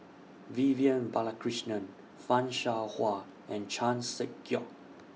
Vivian Balakrishnan fan Shao Hua and Chan Sek Keong